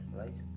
right